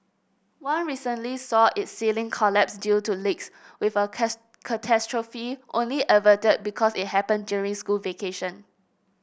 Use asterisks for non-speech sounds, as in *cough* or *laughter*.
one recently saw its ceiling collapse due to leaks with a *unintelligible* catastrophe only averted because it happened during school vacation